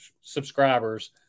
subscribers